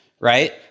right